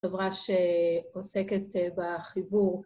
חברה שעוסקת בחיבור.